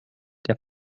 der